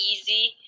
easy